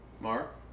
mark